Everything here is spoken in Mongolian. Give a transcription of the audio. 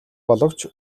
боловч